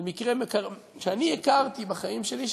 על מקרה שאני הכרתי בחיים שלי,